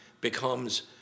becomes